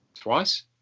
twice